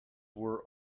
were